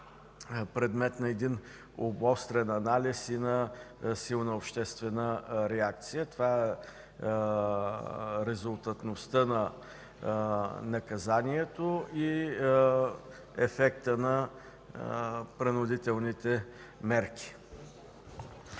предмет на обострен анализ и на силна обществена реакция – резултатността на наказанието и ефектът на принудителните мерки.